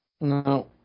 No